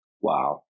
Wow